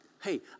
Hey